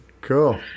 Cool